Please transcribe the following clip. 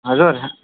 हजुर